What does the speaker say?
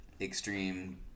extreme